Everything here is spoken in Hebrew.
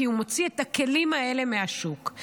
כי הוא מוציא את הכלים האלה מהשוק.